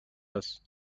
هست